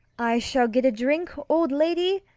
i shall get a drink, old lady,